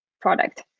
product